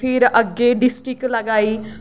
फिर अग्गै डिस्ट्रिक लगाई